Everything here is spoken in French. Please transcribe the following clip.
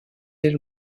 elle